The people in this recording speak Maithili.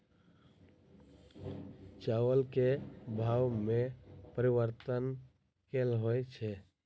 चावल केँ भाव मे परिवर्तन केल होइ छै?